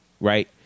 right